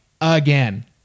again